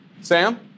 Sam